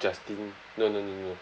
justin no no no no